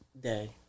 day